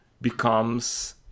becomes